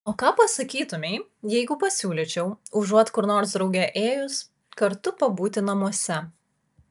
o ką pasakytumei jeigu pasiūlyčiau užuot kur nors drauge ėjus kartu pabūti namuose